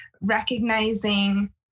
recognizing